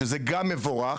שזה גם מבורך,